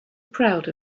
proud